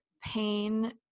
pain